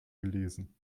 gelesen